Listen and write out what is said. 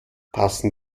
passen